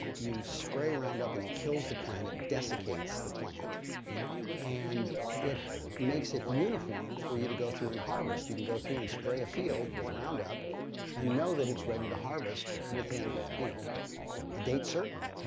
you spray roundup and it kills the planet, desiccates the plant and it makes it uniform for you to go through and harvest. you can go through and spray a field with roundup and know that it's ready to harvest within ah you know a date certain.